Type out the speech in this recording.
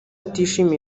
atishimiye